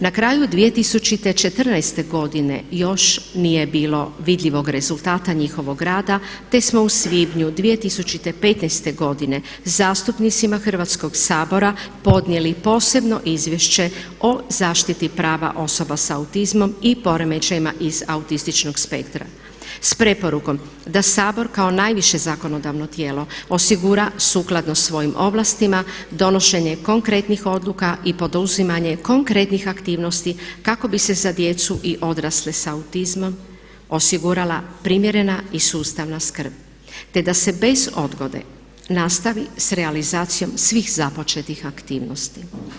Na kraju 2014. još nije bilo vidljivog rezultata njihovog rada, te smo u svibnju 2015. godine zastupnicima Hrvatskog sabora podnijeli posebno Izvješće o zaštiti prava osoba sa autizmom i poremećajima iz autističnog spektra s preporukom da Sabor kao najviše zakonodavno tijelo osigura sukladno svojim ovlastima donošenje konkretnih oduka i poduzimanje konkretnih aktivnosti kako bi se za djecu i odrasle sa autizmom osigurala primjerena i sustavna skrb, te da se bez odgode nastavi sa realizacijom svih započetih aktivnosti.